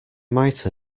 might